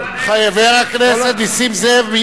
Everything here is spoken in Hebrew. חבר הכנסת נסים זאב,